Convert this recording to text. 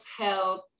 help